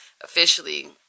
officially